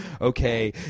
okay